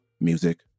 Music